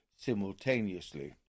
simultaneously